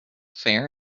fair